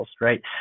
Right